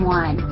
one